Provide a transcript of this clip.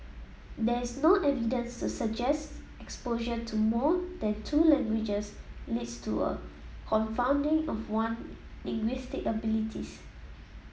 there is no evidence to suggest exposure to more than two languages leads to a confounding of one linguistic abilities